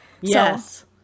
Yes